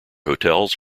hotels